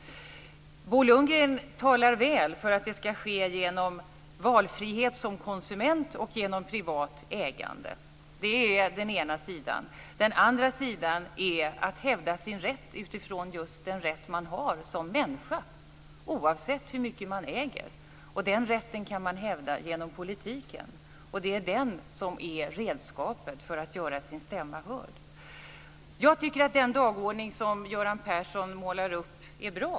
Bo Lundgren talar väl för att det ska ske genom valfrihet som konsument och genom privat ägande. Det är den ena sidan. Den andra sidan är att hävda sin rätt utifrån just den rätt man har som människa, oavsett hur mycket man äger. Den rätten kan man hävda genom politiken, och det är den som är redskapet för att göra sin stämma hörd. Jag tycker att den dagordning som Göran Persson målar upp är bra.